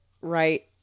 right